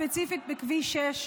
ספציפית בכביש 6,